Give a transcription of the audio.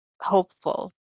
hopeful